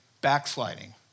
backsliding